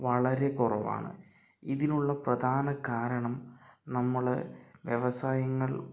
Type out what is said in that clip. വളരെ കുറവാണ് ഇതിനുള്ള പ്രധാന കാരണം നമ്മൾ വ്യവസായങ്ങൾ